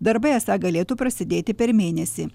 darbai esą galėtų prasidėti per mėnesį